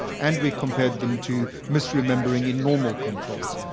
and we compared them to misremembering in normal controls,